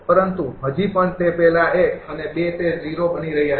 પરંતુ હજી પણ તે પહેલા એક અને બે તે ૦ બની રહ્યા છે